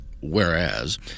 whereas